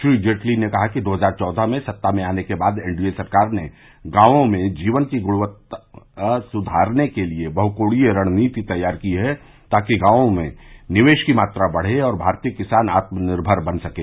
श्री जेटली ने कहा कि दो हजार चौदह में सत्ता में आने के बाद एनडीए सरकार र्ने गावों में जीवन की गुणवत्ता सुधारने के लिए बहकोणीय रणनीति तैयार की है ताकि गांवों में निवेश की मात्रा बढ़े और भारतीय किसान आत्मनिर्भर बन सकें